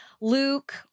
Luke